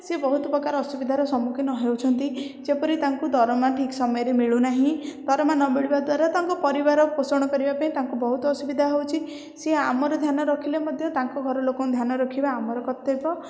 ସେ ବହୁତ ପ୍ରକାର ଅସୁବିଧାର ସମ୍ମୁଖୀନ ହେଉଛନ୍ତି ଯେପରି ତାଙ୍କୁ ଦରମା ଠିକ୍ ସମୟରେ ମିଳୁନାହିଁ ଦରମା ନ ମିଳିବା ଦ୍ୱାରା ତାଙ୍କ ପରିବାର ପୋଷଣ କରିବା ପାଇଁ ତାଙ୍କୁ ବହୁତ ଅସୁବିଧା ହେଉଛି ସେ ଆମର ଧ୍ୟାନ ରଖିଲେ ମଧ୍ୟ ତା'ଙ୍କ ଘର ଲୋକଙ୍କର ଧ୍ୟାନ ରଖିବା ଆମର କର୍ତ୍ତବ୍ୟ